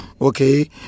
okay